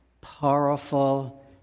powerful